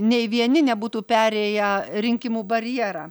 nei vieni nebūtų perėję rinkimų barjerą